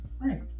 Right